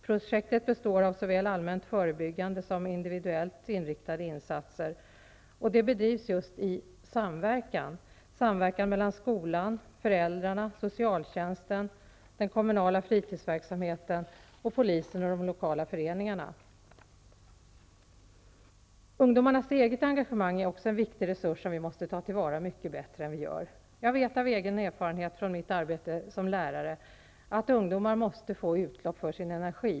Projektet, som består av såväl allmänt förebyggande som individuellt inriktade insatser, bedrivs i mycket nära samverkan mellan skolan, föräldrarna, socialtjänsten, den kommunala fritidsverksamheten, polisen samt de lokala föreningarna. Ungdomars eget engagemang är också en viktig resurs som vi måste ta till vara mycket bättre. Jag vet av egen erfarenhet från mitt arbete som lärare att ungdomar måste få utlopp för sin energi.